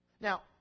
Now